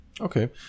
Okay